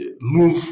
move